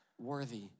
worthy